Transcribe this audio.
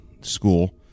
school